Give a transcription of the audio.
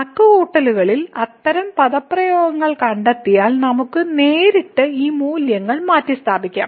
കണക്കുകൂട്ടലുകളിൽ അത്തരം പദപ്രയോഗങ്ങൾ കണ്ടെത്തിയാൽ നമുക്ക് നേരിട്ട് ഈ മൂല്യങ്ങൾ മാറ്റിസ്ഥാപിക്കാം